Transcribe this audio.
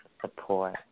support